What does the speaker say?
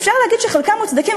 אפשר להגיד שחלקם מוצדקים,